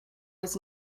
was